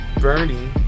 Bernie